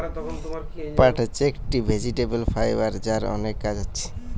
পাট হচ্ছে একটি ভেজিটেবল ফাইবার যার অনেক কাজ হচ্ছে